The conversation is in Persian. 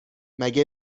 مگه